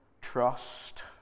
trust